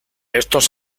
estos